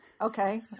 okay